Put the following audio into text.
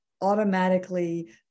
automatically